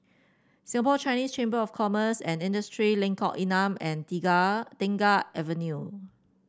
Singapore Chinese Chamber of Commerce and Industry Lengkong Enam and Tengah Avenue